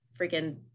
freaking